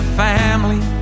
family